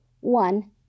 One